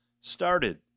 started